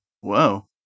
Whoa